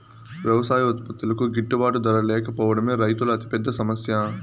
వ్యవసాయ ఉత్పత్తులకు గిట్టుబాటు ధర లేకపోవడమే రైతుల అతిపెద్ద సమస్య